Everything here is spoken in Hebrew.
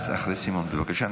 אז אחרי סימון, בבקשה.